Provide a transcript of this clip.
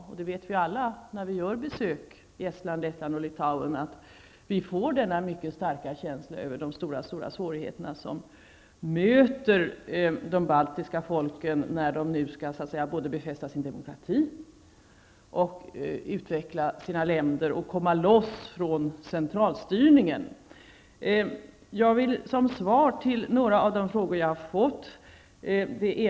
Och när vi gör besök i Estland, Lettland och Litauen får vi denna mycket starka känsla för de mycket stora svårigheter som möter de baltiska folken när de nu både skall befästa sin demokrati, utveckla sina länder och komma loss från centralstyrningen. Jag vill svara på några av de frågor som jag har fått.